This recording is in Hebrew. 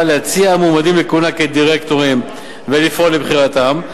להציע מועמדים לכהונה כדירקטורים ולפעול לבחירתם,